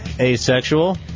asexual